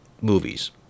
movies